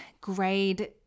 grade